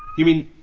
you mean,